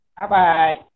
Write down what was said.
Bye-bye